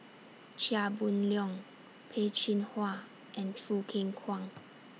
Chia Boon Leong Peh Chin Hua and Choo Keng Kwang